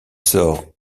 sort